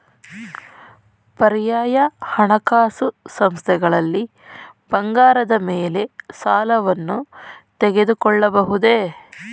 ಪರ್ಯಾಯ ಹಣಕಾಸು ಸಂಸ್ಥೆಗಳಲ್ಲಿ ಬಂಗಾರದ ಮೇಲೆ ಸಾಲವನ್ನು ತೆಗೆದುಕೊಳ್ಳಬಹುದೇ?